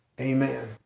Amen